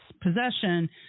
possession